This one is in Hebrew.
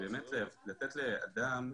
היא באמת לתת לאדם,